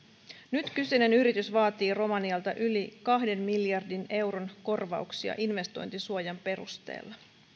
nyt kyseinen yritys vaatii romanialta yli kahden miljardin euron korvauksia investointisuojan perusteella